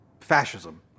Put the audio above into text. fascism